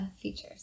features